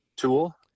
tool